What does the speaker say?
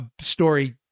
story